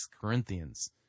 Corinthians